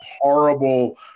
horrible